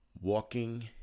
walking